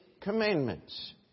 commandments